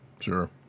sure